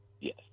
Yes